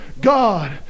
God